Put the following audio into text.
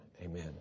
Amen